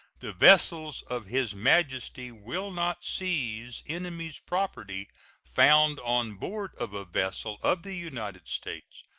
the vessels of his majesty will not seize enemy's property found on board of a vessel of the united states,